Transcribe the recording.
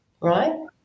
right